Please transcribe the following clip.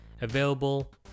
available